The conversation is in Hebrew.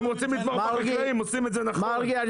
אם רוצים לתמוך בחקלאים עושים את זה נכון --- מרגי,